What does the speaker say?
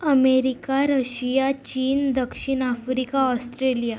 America Russia चीन दक्षिण Africa Australia